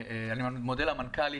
אני מודה למנכ"לית,